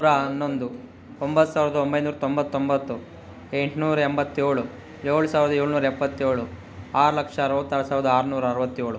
ನೂರಾ ಹನ್ನೊಂದು ಒಂಬತ್ತು ಸಾವಿರದ ಒಂಬೈನೂರ ತೊಂಬತ್ತೊಂಬತ್ತು ಎಂಟುನೂರ ಎಂಬತ್ತೇಳು ಏಳು ಸಾವಿರದ ಏಳ್ನೂರ ಎಪ್ಪತ್ತೇಳು ಆರು ಲಕ್ಷ ಅರವತ್ತಾರು ಸಾವಿರದ ಆರುನೂರ ಅರವತ್ತೇಳು